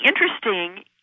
interesting